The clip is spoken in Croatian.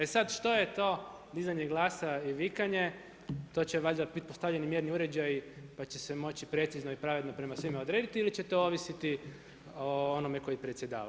E sad što je to dizanje glasa i vikanje to će valjda bit postavljeni mjerni uređaji pa će se moći precizno i pravedno prema svima odrediti ili će to ovisiti o onome koji predsjedava.